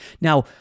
Now